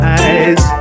eyes